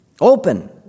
Open